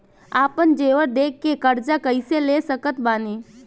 आपन जेवर दे के कर्जा कइसे ले सकत बानी?